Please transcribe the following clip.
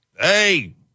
hey